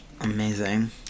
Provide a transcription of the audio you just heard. Amazing